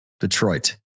Detroit